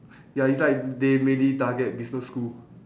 ya it's like they mainly target business school